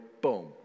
Boom